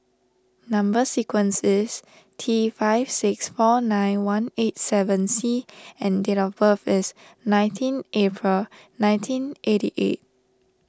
Number Sequence is T five six four nine one eight seven C and date of birth is nineteen April nineteen eighty eight